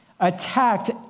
Attacked